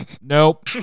Nope